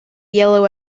yellow